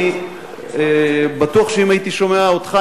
אני בטוח שאם הייתי שומע אותך,